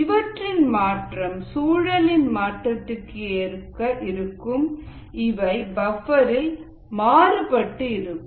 இவற்றின் மாற்றம் சூழலின் மாற்றத்திற்கு ஏற்ப இருக்கும் இவை பஃப்பர் ரில் மாறுபட்டு இருக்கும்